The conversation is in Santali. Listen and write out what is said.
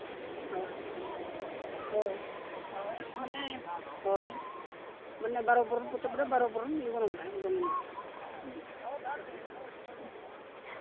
ᱦᱳᱭ ᱦᱳᱭ ᱟᱨ ᱢᱟᱱᱮ ᱦᱳᱭ ᱢᱟᱱᱮ ᱵᱟᱨᱚ ᱵᱚᱨᱚᱱ ᱯᱚᱛᱚᱵ ᱨᱮ ᱵᱟᱨᱚ ᱵᱚᱨᱚᱱ ᱜᱚᱱᱚᱝ ᱛᱟᱦᱮᱱᱟ ᱜᱚᱱᱚᱝ ᱱᱟᱦᱟᱸᱜ